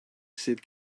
sydd